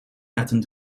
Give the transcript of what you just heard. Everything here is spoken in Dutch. laten